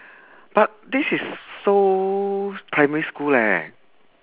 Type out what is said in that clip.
but this is so primary school leh